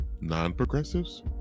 Non-progressives